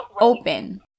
open